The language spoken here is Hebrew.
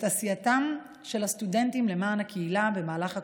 עשייתם של הסטודנטים למען הקהילה במהלך הקורונה.